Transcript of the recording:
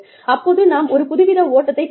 அப்போது நாம் ஒரு புதுவித ஓட்டத்தைப் பெறுவோம்